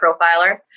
profiler